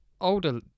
older